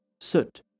Soot